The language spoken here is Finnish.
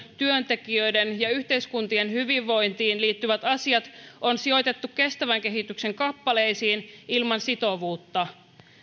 työntekijöiden ja yhteiskuntien hyvinvointiin liittyvät asiat on sijoitettu kestävän kehityksen kappaleisiin ilman sitovuutta